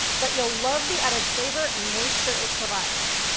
but you'll love the added flavor and moisture it provides.